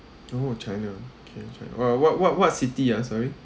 oh china okay china uh what what what city ah sorry